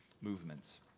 movements